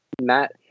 Matt